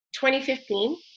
2015